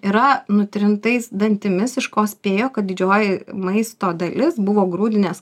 yra nutrintais dantimis iš ko spėjo kad didžioji maisto dalis buvo grūdinės